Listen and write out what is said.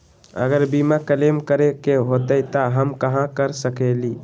अगर बीमा क्लेम करे के होई त हम कहा कर सकेली?